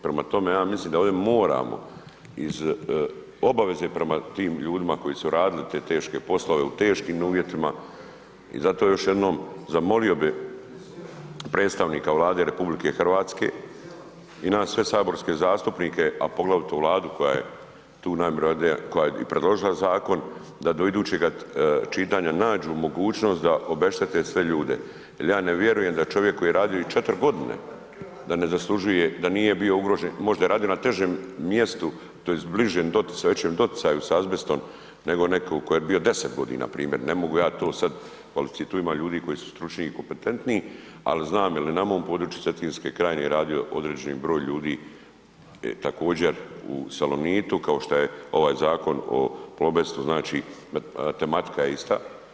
Prema tome, ja mislim da ovdje moramo iz obaveze prema tim ljudima koji su radili te teške poslove, u teškim uvjetima i zato još jednom, zamolio bi predstavnika Vlade RH i nas sve saborske zastupnike a poglavito Vladu koja je tu najmjerodavnija, koja je i predložila zakon, da do idućega čitanja nađu mogućnost da obeštete sve ljude jer ja ne vjerujem da čovjek koji je radio i 4 g., da ne zaslužuje, da nije bio ugrožen, možda je radio na težem mjestu tj. bliže doticaju, većem doticaju sa azbestom nego netko tko je bio 10 g., primjer, ne modu ja to sad ... tu ima ljudi koji su stručni i kompetentniji ali znam jer je nama u području Cetinske krajine radio određeni broj ljudi također u Salonitu kao što je ovaj zakon o Plobestu, znači tematika je ista.